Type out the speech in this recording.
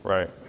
Right